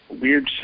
Weird